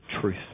truth